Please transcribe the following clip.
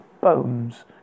bones